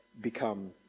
become